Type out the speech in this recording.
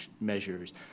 measures